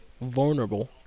Vulnerable